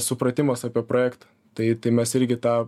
supratimas apie projektą tai tai mes irgi tą